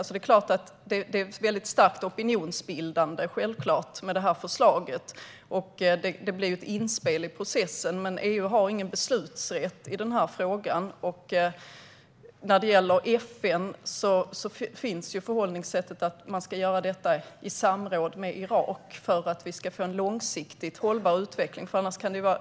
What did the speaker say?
Självfallet är förslaget starkt opinionsbildande, och det blir ett inspel i processen. EU har dock ingen beslutsrätt i denna fråga. När det gäller FN finns förhållningssättet att man ska göra detta i samråd med Irak för att få en långsiktigt hållbar utveckling.